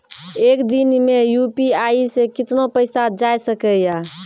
एक दिन मे यु.पी.आई से कितना पैसा जाय सके या?